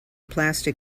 plastic